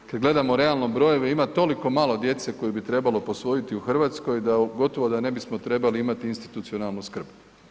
Kad gledamo realno brojeve, ima toliko malo djece koje bi trebalo posvojiti u Hrvatskoj, da gotovo da ne bismo trebali imati institucionalnu skrb.